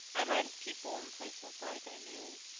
i'd write of people and places like i knew,